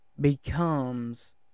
becomes